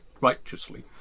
righteously